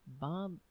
Bob